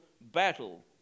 battle